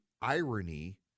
irony